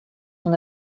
son